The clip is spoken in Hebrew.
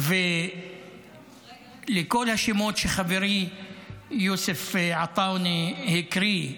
לכל השמות שחברי יוסף עטאונה הקריא,